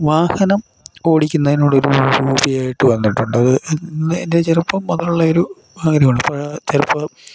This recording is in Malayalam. വാഹനം ഓടിക്കുന്നതിനോടൊരു ഹോബിയായിട്ട് വന്നിട്ടുണ്ടത് എൻ്റെ ചെറുപ്പം മുതലുള്ളയൊരു കാര്യമാണ് അപ്പം ചിലപ്പം